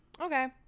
Okay